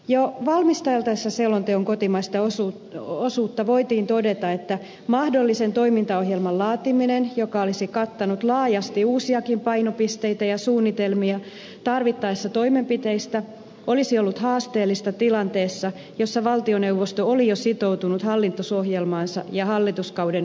jo valmisteltaessa selonteon kotimaista osuutta voitiin todeta että mahdollisen toimintaohjelman laatiminen joka olisi kattanut laajasti uusiakin painopisteitä ja suunnitelmia tarvittavista toimenpiteistä olisi ollut haasteellista tilanteessa jossa valtioneuvosto oli jo sitoutunut hallitusohjelmaansa ja hallituskauden menokehyksiin